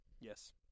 Yes